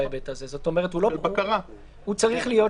בסבירות גבוהה כי בסדר הנשייה הם יהיו גבוהים.